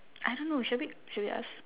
I don't know should we should we ask